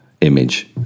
image